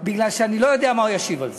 כי אני לא יודע מה הוא ישיב על זה.